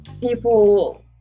people